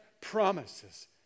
promises